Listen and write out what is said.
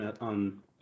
on